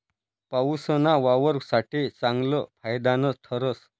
पाऊसना वावर साठे चांगलं फायदानं ठरस